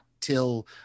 Till